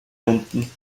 runden